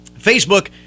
Facebook